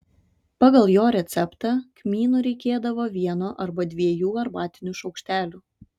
pagal jo receptą kmynų reikėdavo vieno arba dviejų arbatinių šaukštelių